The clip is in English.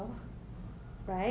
overwhelming eh